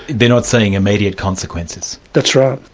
they're not seeing immediate consequences? that's right.